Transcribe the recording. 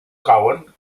cauen